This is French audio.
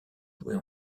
joués